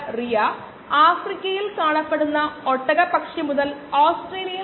നമ്മൾ ഇതിനകം ഒരു നല്ല തലത്തിലാണ്